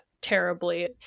terribly